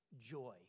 joy